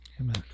Amen